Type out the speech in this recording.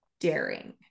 daring